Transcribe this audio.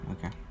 Okay